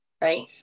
right